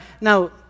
Now